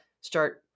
start